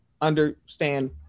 understand